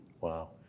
Wow